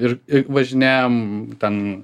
ir važinėjom ten